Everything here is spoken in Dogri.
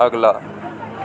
अगला